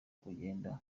kugenda